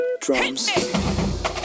Drums